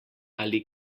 ali